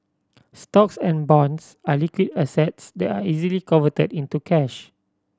stocks and bonds are liquid assets they are easily converted into cash